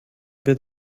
wird